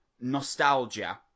nostalgia